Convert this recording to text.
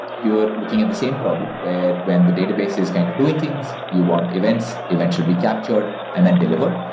you're looking at the same problem where when the database is kind of doing things, you want events, events should be captured and then delivered.